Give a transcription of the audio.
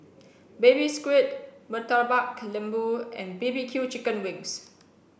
baby squid murtabak lembu and B B Q chicken wings